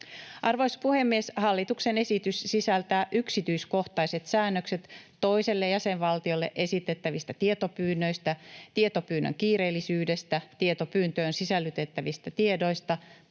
Arvoisa puhemies! Hallituksen esitys sisältää yksityiskohtaiset säännökset toiselle jäsenvaltiolle esitettävistä tietopyynnöistä, tietopyynnön kiireellisyydestä, tietopyyntöön sisällytettävistä tiedoista,